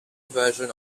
version